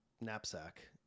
knapsack